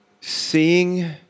seeing